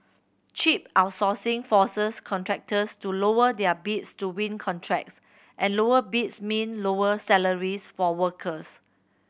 cheap outsourcing forces contractors to lower their bids to win contracts and lower bids mean lower salaries for workers